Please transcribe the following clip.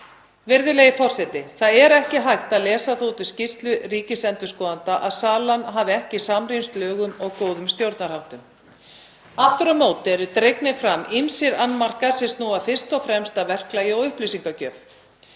Virðulegi forseti. Það er ekki hægt að lesa það út úr skýrslu ríkisendurskoðanda að salan hafi ekki samrýmst lögum og góðum stjórnarháttum. Aftur á móti eru dregnir fram ýmsir annmarkar sem snúa fyrst og fremst að verklagi og upplýsingagjöf.